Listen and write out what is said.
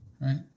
Right